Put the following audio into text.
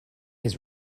his